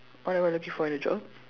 what are you looking for a job